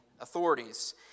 authorities